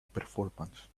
performance